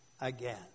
again